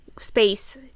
space